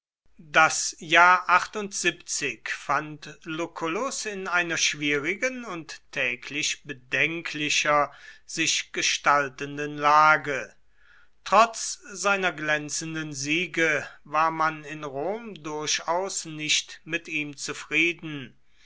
das jahr fand lucullus in einer schwierigen und täglich bedenklicher sich gestaltenden lage trotz seiner glänzenden siege war man in rom durchaus nicht mit ihm zufrieden